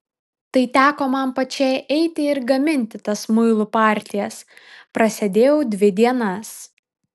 tai teko man pačiai eiti ir gaminti tas muilų partijas prasėdėjau dvi dienas